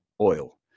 oil